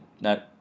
No